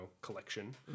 collection